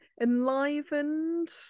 enlivened